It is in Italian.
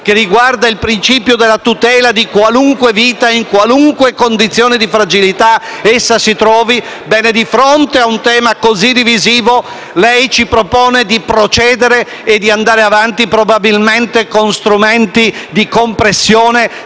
vita e il principio della tutela di qualunque vita, in qualunque condizione di fragilità essa si trovi, di fronte a un tema così divisivo lei invece ci propone di procedere e di andare avanti, probabilmente con strumenti di compressione